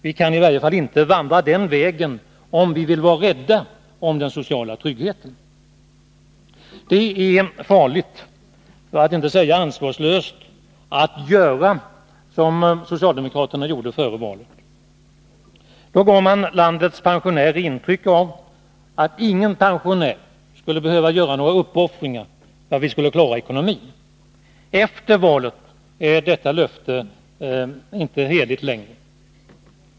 Vi kan i varje fall inte vandra den vägen om vi vill vara rädda om den sociala tryggheten. Det är farligt — för att inte säga ansvarslöst — att göra som socialdemokraterna gjorde före valet. Då gav man landets pensionärer intryck av att ingen pensionär skulle behöva göra några uppoffringar för att vi skulle klara ekonomin. Efter valet är inte längre detta löfte heligt.